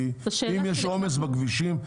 כי אם יש עומס בכבישים,